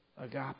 agape